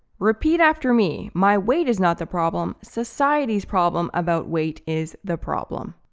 repeat after me. my weight is not the problem. society's problem about weight is the problem.